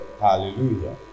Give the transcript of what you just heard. Hallelujah